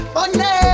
Money